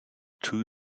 two